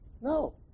No